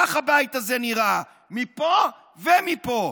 כך הבית הזה נראה, מפה ומפה.